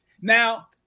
Now